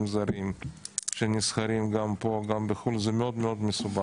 זרים שנסחרים גם פה וגם בחו"ל זה מאוד מסובך.